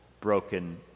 broken